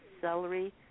celery